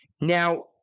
Now